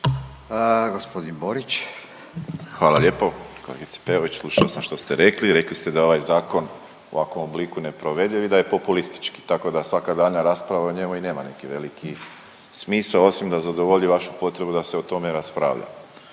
Josip (HDZ)** Hvala lijepo. Kolegice Peović slušao sam što ste rekli, rekli ste da je ovaj zakon u ovakvom obliku neprovediv i da je populistički tako da svaka daljnja rasprava o njemu i nema neki veliki smisao osim da zadovolji vašu potrebu da se o tome raspravlja.